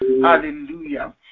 Hallelujah